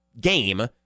game